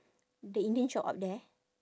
the indian shop up there